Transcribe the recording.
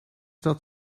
dat